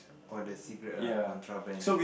oh the cigarette ah contraband